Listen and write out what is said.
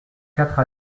quatre